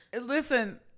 Listen